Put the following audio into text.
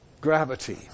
gravity